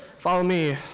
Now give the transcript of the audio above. follow me,